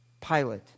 Pilate